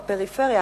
בפריפריה,